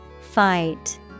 Fight